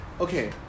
okay